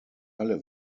halle